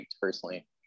personally